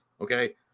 okay